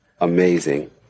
Amazing